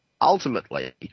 Ultimately